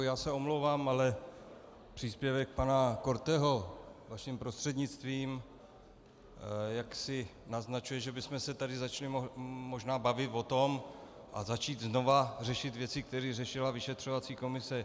Já se omlouvám, ale příspěvek pana Korteho vaším prostřednictvím jaksi naznačuje, že bychom se tady začali možná bavit o tom a začít znovu řešit věci, které řešila vyšetřovací komise.